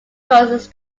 causes